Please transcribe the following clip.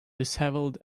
dishevelled